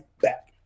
back